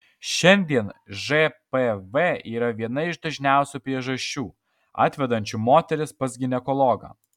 šiandien žpv yra viena iš dažniausių priežasčių atvedančių moteris pas ginekologą